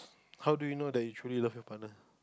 how do you know that you truly love your partner